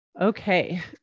Okay